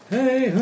Hey